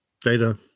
data